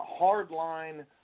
hardline